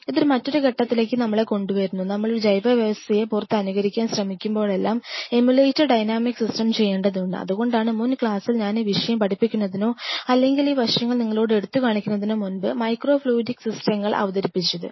ഇത് മറ്റൊരു ഘട്ടത്തിലേക്ക് നമ്മളെ കൊണ്ടുവരുന്നു നമ്മൾ ഒരു ജൈവവ്യവസ്ഥയെ പുറത്ത് അനുകരിക്കാൻ ശ്രമിക്കുമ്പോഴെല്ലാം എമുലേറ്റർ ഡൈനാമിക് സിസ്റ്റം ചെയ്യേണ്ടതുണ്ട് അതുകൊണ്ടാണ് മുൻ ക്ലാസ്സിൽ ഞാൻ ഈ വിഷയം പഠിപ്പിക്കുന്നതിനോ അല്ലെങ്കിൽ ഈ വശങ്ങൾ നിങ്ങളോട് എടുത്തുകാണിക്കുന്നതിനോ മുൻപ് മൈക്രോ ഫ്ലൂയിഡിക് സിസ്റ്റങ്ങൾ അവതരിപ്പിപ്പിച്ചത്